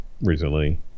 recently